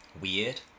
weird